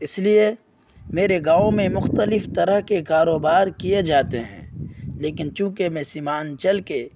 اس لیے میرے گاؤں میں مختلف طرح کے کاروبار کیے جاتے ہیں لیکن چونکہ میں سیمانچل کے